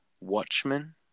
Watchmen